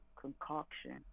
concoction